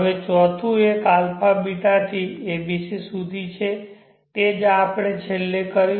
હવે ચોથું એક αβ થી abc સુધી છે તે જ આપણે છેલ્લે કર્યું